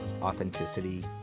authenticity